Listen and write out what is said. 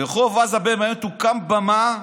תוקם במה,